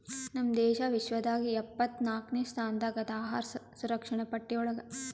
ನಮ್ ದೇಶ ವಿಶ್ವದಾಗ್ ಎಪ್ಪತ್ನಾಕ್ನೆ ಸ್ಥಾನದಾಗ್ ಅದಾ ಅಹಾರ್ ಸುರಕ್ಷಣೆ ಪಟ್ಟಿ ಒಳಗ್